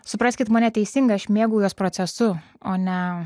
supraskit mane teisingai aš mėgaujuos procesu o ne